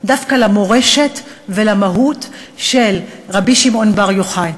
דווקא למורשת ולמהות של רבי שמעון בר יוחאי.